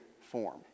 form